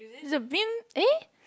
is a bin eh